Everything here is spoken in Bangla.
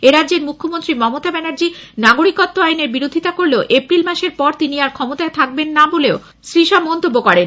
এরাজ্যের মুখ্যমন্ত্রী মমতা ব্যানার্জী নাগরিকত্ব আইনের বিরোধীতা করলেও এপ্রিল মাসের পর তিনি আর ক্ষমতায় থাকবেন না বলেও শ্রী শাহ মন্তব্য করেন